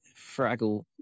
Fraggle